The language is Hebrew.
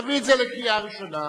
תביא את זה לקריאה ראשונה.